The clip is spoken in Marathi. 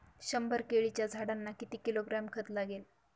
शंभर केळीच्या झाडांना किती किलोग्रॅम खत लागेल?